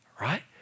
right